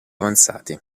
avanzati